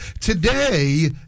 today